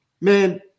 man